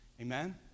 Amen